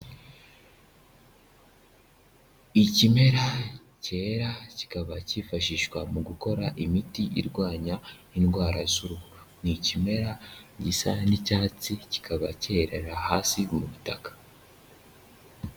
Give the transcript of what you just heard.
Ikimera cyera kikaba cyifashishwa mu gukora imiti irwanya indwara z'uruhu, ni ikimera gisa n'icyatsi kikaba cyerera hasi ubu butaka.